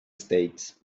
states